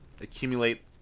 accumulate